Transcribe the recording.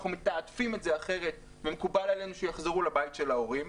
אנחנו מתעדפים את זה אחרת ומקובל עלינו שיחזרו לבית של ההורים?